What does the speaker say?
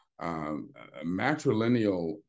matrilineal